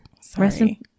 Sorry